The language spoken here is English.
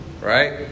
Right